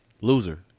loser